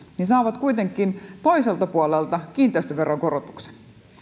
ne saavat kuitenkin toiselta puolelta kiinteistöveron korotuksen